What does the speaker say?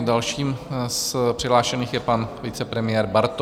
Dalším z přihlášených je pan vicepremiér Bartoš.